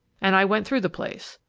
and i went through the place.